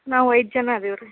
ನಾವು ಐದು ಜನ ಅದೀವಿ ರೀ